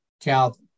Cal